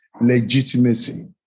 legitimacy